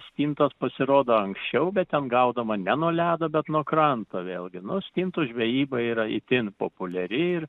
stintos pasirodo anksčiau bet ten gaudoma ne nuo ledo bet nuo kranto vėlgi nu stintų žvejyba yra itin populiari ir